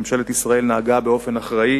ממשלת ישראל נהגה באופן אחראי